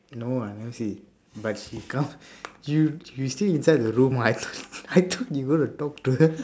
no I never see but she come you you see inside the room I thought I thought you want to talk to her